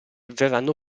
verranno